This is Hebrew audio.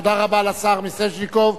תודה רבה לשר מיסז'ניקוב,